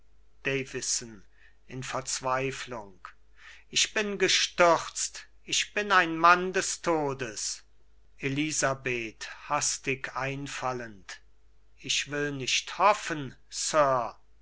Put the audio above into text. in verzweiflung ich bin gestürzt ich bin ein mann des todes elisabeth hastig einfallend ich will nicht hoffen